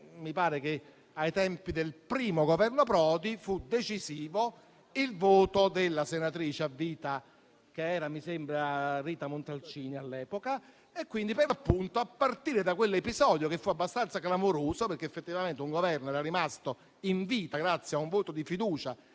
Mi pare che ai tempi del secondo Governo Prodi fu decisivo il voto della senatrice a vita Rita Levi Montalcini, e quindi, a partire da quell'episodio che fu abbastanza clamoroso, perché effettivamente un Governo era rimasto in vita grazie a un voto di fiducia